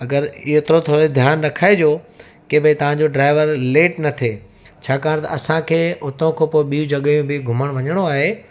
अगरि हेतिरो थोरी ध्यानु रखाइजो की भई तव्हांजो ड्राइवर लेट न थिए छाकाणि त असांखे हुतां खां पोइ ॿी जॻहि बि घुमणु वञिणो आहे